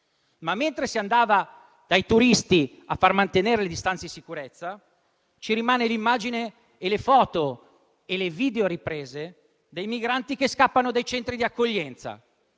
Mentre si andava dai turisti a far mantenere la distanza di sicurezza, ci rimangono l'immagine, le foto e le videoriprese dei migranti che scappano dai centri di accoglienza.